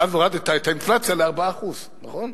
ואז הורדת את האינפלציה ל-4%, נכון?